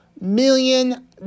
million